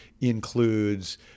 includes